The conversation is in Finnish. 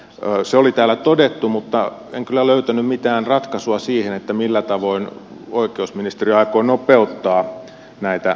se oli täällä todettu mutta en kyllä löytänyt mitään ratkaisua siihen millä tavoin oikeusministeriö aikoo nopeuttaa näitä käsittelyaikoja